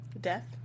death